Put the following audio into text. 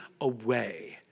away